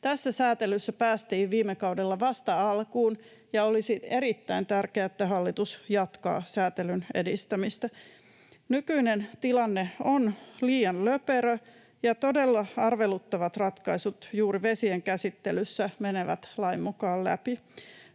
Tässä säätelyssä päästiin viime kaudella vasta alkuun, ja olisi erittäin tärkeää, että hallitus jatkaa säätelyn edistämistä. Nykyinen tilanne on liian löperö, ja todella arveluttavat ratkaisut juuri vesienkäsittelyssä menevät lain mukaan läpi.